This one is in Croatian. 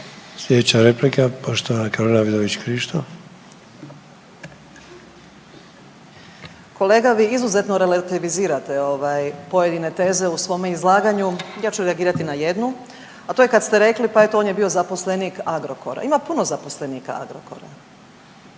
**Vidović Krišto, Karolina (Nezavisni)** Kolega, vi izuzetno relativizirate ovaj pojedine teze u svome izlaganju. Ja ću reagirati na jednu, a to je kad ste rekli, pa eto on je bio zaposlenik Agrokora. Ima puno zaposlenika Agrokora,